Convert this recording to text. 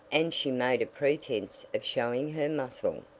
and she made a pretense of showing her muscle.